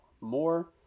more